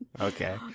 Okay